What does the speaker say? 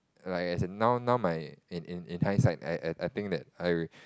like as in now now my in in in hindsight I I I think that I